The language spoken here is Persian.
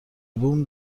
بومم